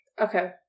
Okay